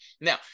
Now